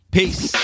Peace